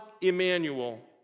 Emmanuel